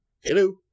Hello